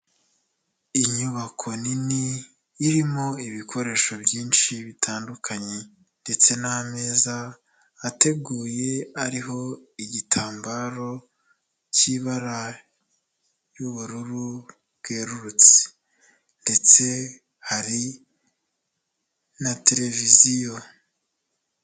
Inyubako nini irimo ibikoresho byinshi bitandukanye ndetse n'ameza ateguye ariho igitambaro cy'ibara ry'ubururu bwerurutse ndetse hari na televiziyo.